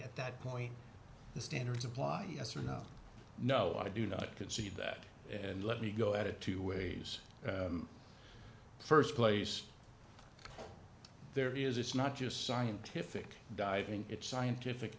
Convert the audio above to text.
at that point the standards apply yes or no no i do not concede that and let me go at it two ways first place there is it's not just scientific diving it's scientific